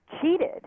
cheated